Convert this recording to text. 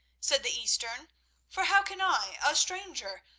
said the eastern for how can i, a stranger,